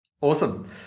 Awesome